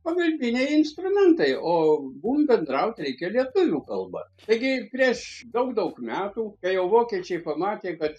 pagalbiniai instrumentai o mum bendraut reikia lietuvių kalba taigi prieš daug daug metų kai jau vokiečiai pamatė kad